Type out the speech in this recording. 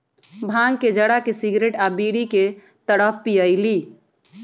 भांग के जरा के सिगरेट आ बीड़ी के तरह पिअईली